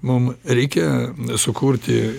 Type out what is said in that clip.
mum reikia sukurti